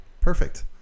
Perfect